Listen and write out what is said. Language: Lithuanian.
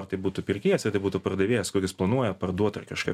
ar tai būtų pirkėjas ar tai būtų pardavėjas kuris planuoja parduot ar kažką pirkti